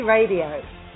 Radio